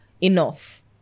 enough